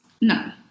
No